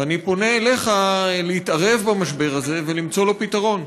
ואני פונה אליך להתערב במשבר הזה ולמצוא לו פתרון.